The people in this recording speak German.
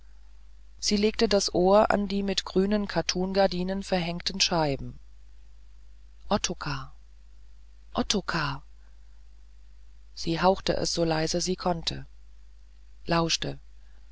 sie legte das ohr an die mit grünen kattungardinen verhängten scheiben ottokar ottokar sie hauchte es so leise sie konnte lauschte